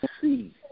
see